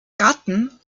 gatten